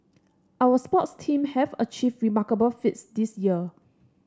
our sports team have achieved remarkable feats this year